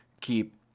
keep